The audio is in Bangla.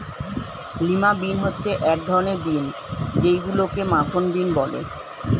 লিমা বিন হচ্ছে এক ধরনের বিন যেইগুলোকে মাখন বিন বলে